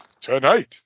tonight